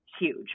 huge